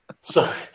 Sorry